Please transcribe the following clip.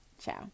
Ciao